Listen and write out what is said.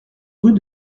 rue